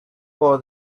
for